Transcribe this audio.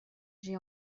j’ai